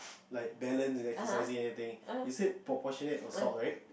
like balance and exercising everything you said proportionate of salt right